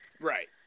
Right